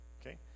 Okay